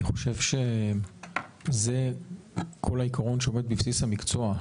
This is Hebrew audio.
אני חושב שזה כל העיקרון שעומד בבסיס המקצוע,